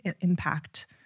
impact